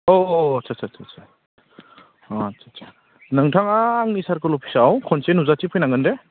औ औ आस्सा आस्सा आस्सा आस्सा नोंथाङा आंनि सार्कल अफिसाव खनसे नुजाथिफैनांगोन दे